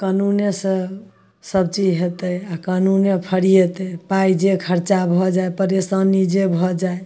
कानूनेसे सबचीज हेतै आओर कानूने फरिएतै पाइ जे खरचा भऽ जाइ परेशानी जे भऽ जाइ